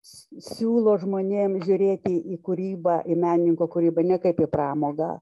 siūlo žmonėm žiūrėti į kūrybą į menininko kūrybą ne kaip į pramogą